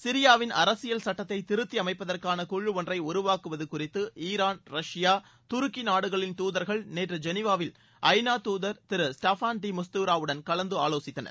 சிரியாவின் அரசியல் சுட்டத்தை திருத்தி அமைப்பதற்கான குழு ஒன்றை உருவாக்குவது குறித்து ஈரான் ரஷ்பா துருக்கி நாடுகளின் துதர்கள் நேற்று ஜெனிவாவில் ஐநா துதர் திரு ஸ்டஃபான் டி மிஸ்தரா உடன் கலந்து ஆலோசித்தனர்